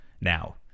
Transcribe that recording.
now